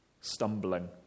stumbling